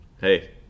Hey